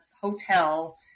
hotel